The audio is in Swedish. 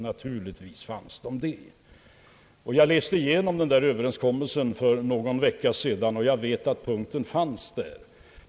Naturligtvis fanns motsättningar där. För någon vecka sedan läste jag igenom denna överenskommelse, och jag vet att den åberopade punkten fanns där.